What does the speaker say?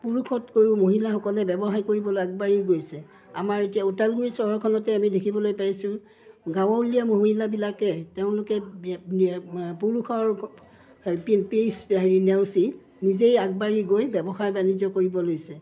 পুৰুষতকৈও মহিলাসকলে ব্যৱসায় কৰিবলৈ আগবাঢ়ি গৈছে আমাৰ এতিয়া ওদালগুৰি চহৰখনতে আমি দেখিবলৈ পাইছোঁ গাঁৱলীয়া মহিলাবিলাকে তেওঁলোকে পুৰুষৰ হেৰি পেইজ হেৰি নেওচি নিজেই আগবাঢ়ি গৈ ব্যৱসায় বাণিজ্য কৰিব লৈছে